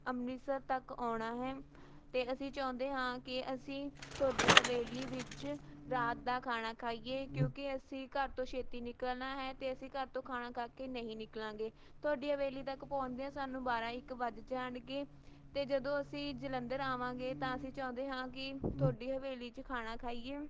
ਅੰਮ੍ਰਿਤਸਰ ਤੱਕ ਆਉਣਾ ਹੈ ਅਤੇ ਅਸੀਂ ਚਾਹੁੰਦੇ ਹਾਂ ਕਿ ਅਸੀਂ ਤੁਹਾਡੀ ਹਵੇਲੀ ਵਿੱਚ ਰਾਤ ਦਾ ਖਾਣਾ ਖਾਈਏ ਕਿਉਂਕਿ ਅਸੀਂ ਘਰ ਤੋਂ ਛੇਤੀ ਨਿਕਲਣਾ ਹੈ ਅਤੇ ਅਸੀਂ ਘਰ ਤੋਂ ਖਾਣਾ ਖਾ ਕੇ ਨਹੀਂ ਨਿਕਲਾਂਗੇ ਤੁਹਾਡੀ ਹਵੇਲੀ ਤੱਕ ਪਹੁੰਚਦਿਆਂ ਸਾਨੂੰ ਬਾਰ੍ਹਾ ਇੱਕ ਵੱਜ ਜਾਣਗੇ ਅਤੇ ਜਦੋਂ ਅਸੀਂ ਜਲੰਧਰ ਆਵਾਂਗੇ ਤਾਂ ਅਸੀਂ ਚਾਹੁੰਦੇ ਹਾਂ ਕਿ ਤੁਹਾਡੀ ਹਵੇਲੀ 'ਚ ਖਾਣਾ ਖਾਈਏ